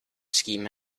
scheme